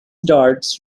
darts